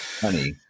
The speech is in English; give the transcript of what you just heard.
Honey